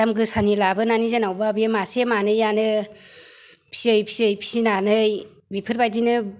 दाम गोसानि लाबोनानै जेनेबा बे मासे मानैयानो फिसियै फिसियै फिसिनानै बेफोरबायदिनो